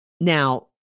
Now